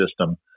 system